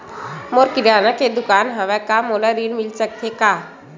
मोर किराना के दुकान हवय का मोला ऋण मिल सकथे का?